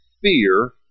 fear